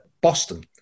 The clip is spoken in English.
Boston